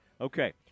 Okay